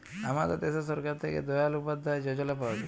আমাদের দ্যাশে সরকার থ্যাকে দয়াল উপাদ্ধায় যজলা পাওয়া যায়